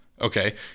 Okay